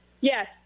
Yes